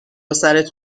سرت